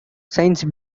science